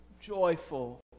joyful